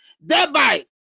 thereby